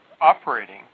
operating